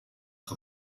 que